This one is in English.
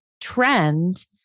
trend